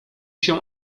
się